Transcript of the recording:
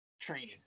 training